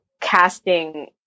casting